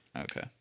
okay